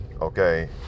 okay